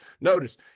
Notice